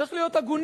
צריך להיות הגונים,